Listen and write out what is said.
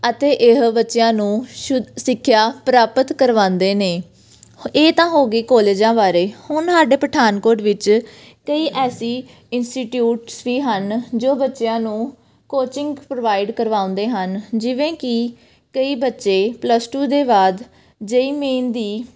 ਅਤੇ ਇਹ ਬੱਚਿਆਂ ਨੂੰ ਸ਼ੁੱਧ ਸਿੱਖਿਆ ਪ੍ਰਾਪਤ ਕਰਵਾਉਂਦੇ ਨੇ ਇਹ ਤਾਂ ਹੋ ਗਈ ਕੋਲਜਾਂ ਬਾਰੇ ਹੁਣ ਸਾਡੇ ਪਠਾਨਕੋਟ ਵਿੱਚ ਕਈ ਐਸੀ ਇੰਸਟੀਟਿਊਟਸ ਵੀ ਹਨ ਜੋ ਬੱਚਿਆਂ ਨੂੰ ਕੋਚਿੰਗ ਪ੍ਰੋਵਾਈਡ ਕਰਵਾਉਂਦੇ ਹਨ ਜਿਵੇਂ ਕਿ ਕਈ ਬੱਚੇ ਪਲੱਸ ਟੂ ਦੇ ਬਾਅਦ ਜੇਈ ਮੀਨ ਦੀ